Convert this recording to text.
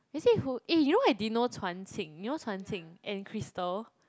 is it who eh you know I didn't know Quan-Qing you know Quan-Qing and Crystal